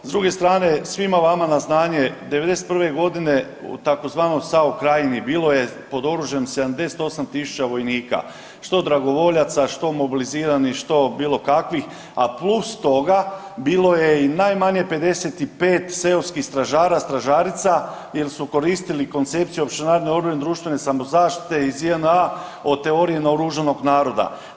S druge strane, svima vama na znanje, '91. g. u tzv. SAO Krajini bilo je pod oružjem 78 tisuća vojnika, što dragovoljaca, što mobiliziranih, što bilo kakvih, a plus toga, bilo je i najmanje 55 seoskih stražara, stražarica jer su koristili koncepciju općenarodne odbrane i društvene samozaštite iz JNA o teorije naoružanog naroda.